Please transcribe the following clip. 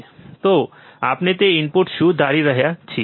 તો આપણે તે ઇનપુટ શું ધારી રહ્યા છીએ